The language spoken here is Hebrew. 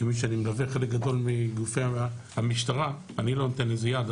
כיוון שאני מלווה חלק גדול מגופי המשטרה - אני לא נותן לזה יד,